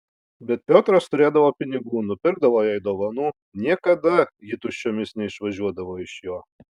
bet piotras turėdavo pinigų nupirkdavo jai dovanų niekada ji tuščiomis neišvažiuodavo iš jo